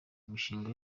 imishinga